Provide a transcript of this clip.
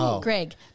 Greg